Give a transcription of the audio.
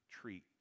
treat